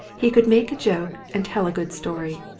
he could make a joke and tell a good story.